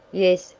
yes,